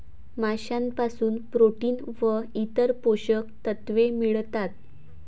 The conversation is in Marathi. माशांपासून प्रोटीन व इतर पोषक तत्वे मिळतात